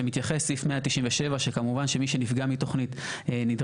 שמתייחס סעיף 197 שכמובן מי שנפגע מתוכנית יכול